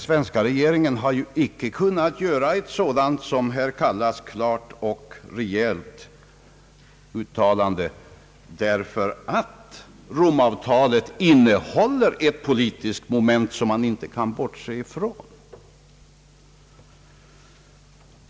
Svenska regeringen har icke kunnat göra ett sådant som herr Holmberg kallar »klart och rejält» uttalande, därför att Rom-avtalet innehåller ett politiskt moment som vi inte kan bortse ifrån.